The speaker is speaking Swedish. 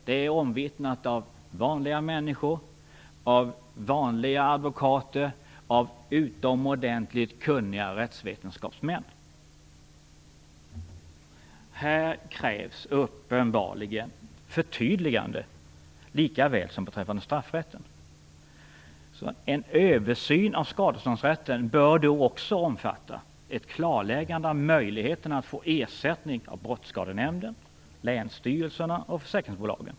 Det är omvittnat av vanliga människor, av vanliga advokater och av utomordentligt kunniga rättsvetenskapsmän. Här krävs uppenbarligen förtydligande lika väl som beträffande straffrätten. En översyn av skadeståndsrätten bör då också omfatta ett klarläggande av möjligheterna att få ersättning av Brottsskadenämnden, länsstyrelserna och försäkringsbolagen.